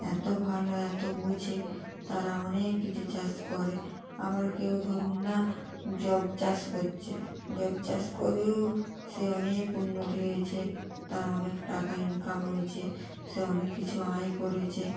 এতো ভালো এতো বোঝে তারা অনেক কিছু চাষ করে আবার কেউ ধরুন না যব চাষ করছে যব চাষ করেও সে অনেক উন্নতি হয়েছে তার অনেক টাকা ইনকাম হয়েছে